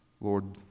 Lord